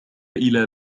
إلى